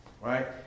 right